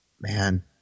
Man